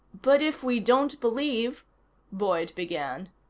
but if we don't believe boyd began.